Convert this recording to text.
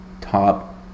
top